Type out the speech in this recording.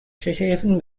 gegeven